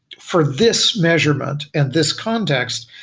for this measurement and this context,